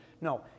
No